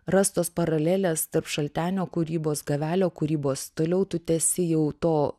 rastos paralelės tarp šaltenio kūrybos gavelio kūrybos toliau tu tęsi jau to